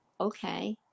okay